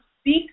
speak